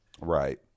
Right